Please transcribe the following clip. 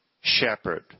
shepherd